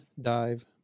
Dive